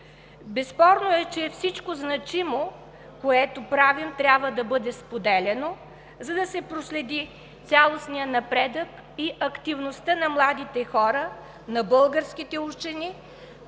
Безспорно е, че всичко значимо, което правим, трябва да бъде споделяно, за да се проследи цялостният напредък и активността на младите хора, на българските учени